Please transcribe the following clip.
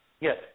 Yes